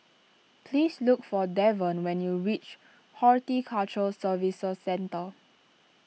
please look for Davon when you reach Horticulture Services Centre